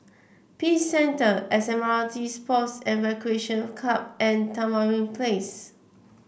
Peace Centre S M R T Sports and Recreation Club and Tamarind Place